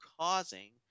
causing